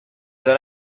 that